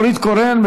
נורית קורן,